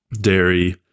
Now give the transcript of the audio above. dairy